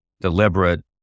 deliberate